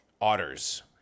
Otters